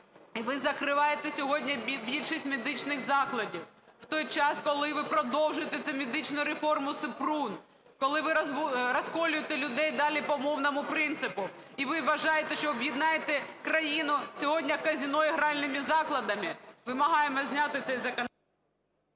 І ви закриваєте сьогодні більшість медичних закладів в той час, коли ви продовжуєте цю медичну реформу Супрун, коли ви розколюєте людей далі по мовному принципу. І ви вважаєте, що об'єднаєте країну сьогодні казино і гральними закладами? Вимагає зняти цей законопроект.